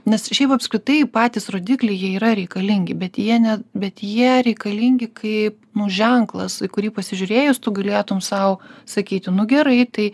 nes šiaip apskritai patys rodikliai jie yra reikalingi bet jie ne bet jie reikalingi kaip nu ženklas į kurį pasižiūrėjus tu galėtum sau sakyti nu gerai tai